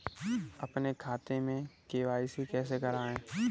अपने खाते में के.वाई.सी कैसे कराएँ?